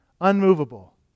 Unmovable